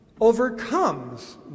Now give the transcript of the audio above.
overcomes